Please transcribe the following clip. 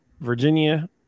Virginia